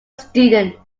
student